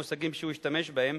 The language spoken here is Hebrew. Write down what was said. אלה המושגים שהוא השתמש בהם,